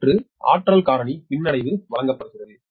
8 சக்தி காரணி பின்னடைவு வழங்கப்படுகிறது